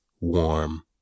warm